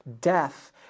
death